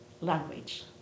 language